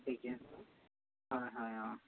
ঠিকে আছে হয় হয় অঁ